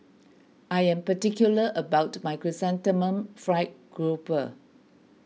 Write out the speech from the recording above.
I am particular about my Chrysanthemum Fried Grouper